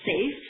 safe